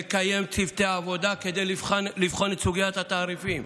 נקיים צוותי עבודה כדי לבחון את סוגיית התעריפים.